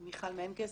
מיכל מנקס,